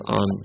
on